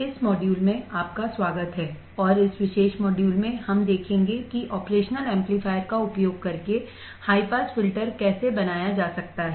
इस मॉड्यूल में आपका स्वागत है और इस विशेष मॉड्यूल में हम देखेंगे कि ऑपरेशनल एम्पलीफायर का उपयोग करके हाई पास फ़िल्टर कैसे डिज़ाइन किया जा सकता है